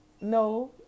No